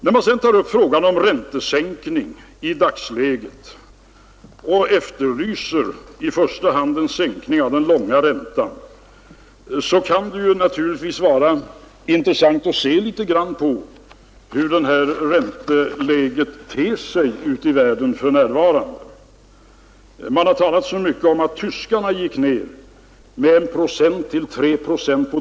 När man sedan tar upp frågan om en eventuell räntesänkning i dagsläget och i första hand efterlyser en sänkning av den långa räntan, så kan det naturligtvis vara intressant att se litet grand på hur ränteläget ter sig i världen för närvarande. Man har talat så mycket om att tyskarna sänkte diskontot med 1 procent till 3 procent.